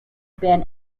been